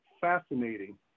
fascinating